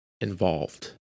involved